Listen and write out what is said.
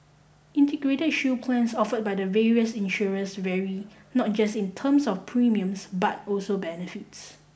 Integrated Shield Plans offered by the various insurers vary not just in terms of premiums but also benefits